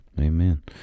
Amen